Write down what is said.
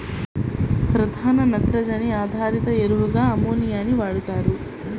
ప్రధాన నత్రజని ఆధారిత ఎరువుగా అమ్మోనియాని వాడుతారు